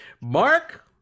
Mark